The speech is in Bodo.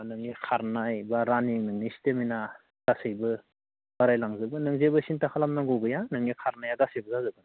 नोंनि खारनाय बा रानिं नोंनि स्टेमिना गासैबो बारायलांजोबगोन नों जेबो सिन्था खालामनांगौ गैया नोंनिया खारनाया गासिबो जाजोबगोन